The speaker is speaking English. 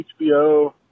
HBO